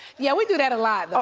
yeah we do that a lot,